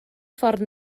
ffordd